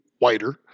wider